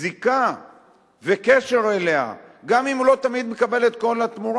זיקה וקשר אליה גם אם הוא לא תמיד מקבל את כל התמורה.